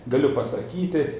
galiu pasakyti